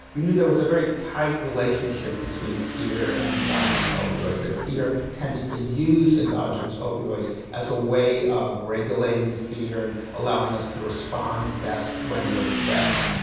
we knew there was a very tight relationship between fear and endogenous opioids, that fear tends to use endogenous opioids as a way of regulating the fear, and allowing us to respond best when we are threatened,